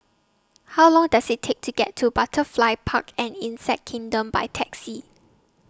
How Long Does IT Take to get to Butterfly Park and Insect Kingdom By Taxi